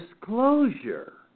disclosure